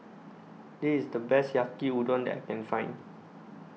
This IS The Best Yaki Udon I Can Find